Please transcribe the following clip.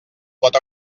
pot